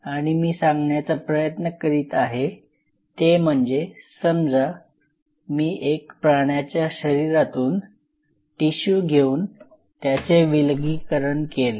आणि मी सांगण्याचा प्रयत्न करीत आहे ते म्हणजे समजा मी एक प्राण्याच्या शरीरातून टिशू घेऊन त्याचे विलगीकरण IsolateDissect केले